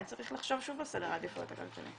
צריך לחשוב שוב על סדר העדיפויות הכלכלי.